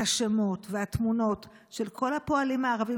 את השמות והתמונות של כל הפועלים הערבים